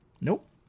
Nope